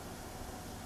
nani